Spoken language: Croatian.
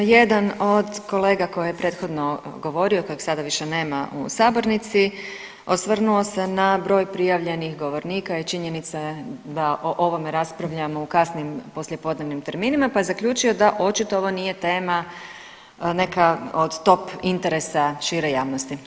Jedan od kolega koji je prethodno govorio kojeg sada više nema u sabornici osvrnuo se na broj prijavljenih govornika i činjenica je da o ovome raspravljamo u kasnim poslijepodnevnim terminima pa je zaključio da očito ovo nije tema neka od top interesa šire javnosti.